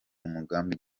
umugambi